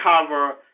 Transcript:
cover